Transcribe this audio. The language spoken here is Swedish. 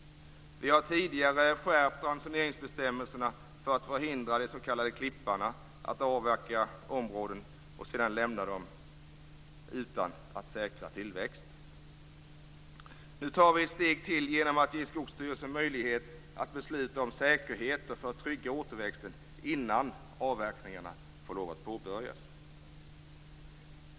Vi har tidigare skärpt ransoneringsbestämmelserna för att förhindra de s.k. klipparna att avverka områden och sedan lämna dem utan att säkra tillväxten. Nu tar vi ett steg till genom att ge Skogsstyrelsen möjlighet att besluta om säkerheter för att trygga återväxten innan avverkningarna får lov att påbörjas.